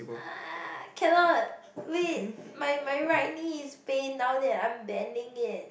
cannot wait my my right knee is pain now that I am bending it